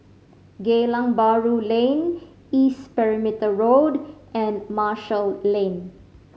Geylang Bahru Lane East Perimeter Road and Marshall Lane